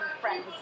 friends